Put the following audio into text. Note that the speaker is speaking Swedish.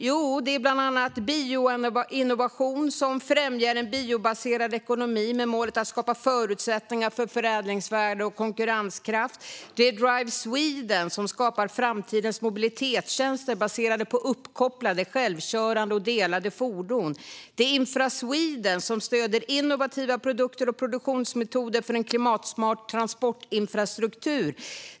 Jo, det är bland annat Bioinnovation, som främjar en biobaserad ekonomi med målet att skapa förutsättningar för förädlingsvärde och konkurrenskraft. Det är Drive Sweden, som skapar framtidens mobilitetstjänster baserade på uppkopplade, självkörande och delade fordon. Det är Infrasweden2030, som stöder innovativa produkter och produktionsmetoder för en klimatsmart transportinfrastruktur.